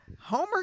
Homer